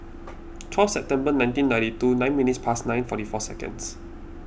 twelve September nineteen ninety two nine minutes past nine forty four seconds